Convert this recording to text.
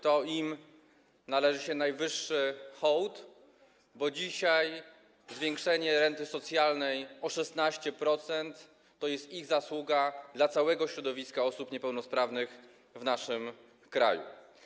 To im należy się najwyższy hołd, bo dzisiaj podwyższenie renty socjalnej o 16% to jest ich zasługa dla całego środowiska osób niepełnosprawnych w naszym kraju.